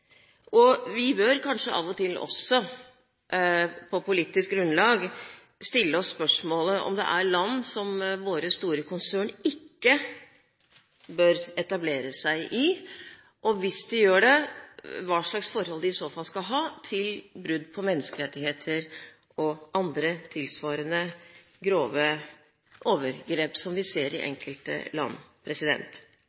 Vi bør kanskje av og til, også på politisk grunnlag, stille oss spørsmålet om det er land våre store konsern ikke bør etablere seg i, og hvis de gjør det, hva slags forhold de i så fall skal ha til brudd på menneskerettigheter og andre tilsvarende grove overgrep som vi ser i